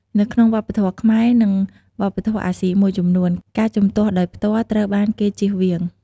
នៅក្នុងវប្បធម៌ខ្មែរ និង វប្បធម៌អាស៊ីមួយចំនួន ការជំទាស់ដោយផ្ទាល់ ត្រូវបានគេជៀសវាង។